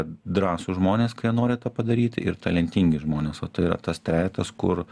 drąsūs žmonės kurie nori tą padaryt ir talentingi žmonės o tai yra tas trejetas kur